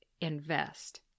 invest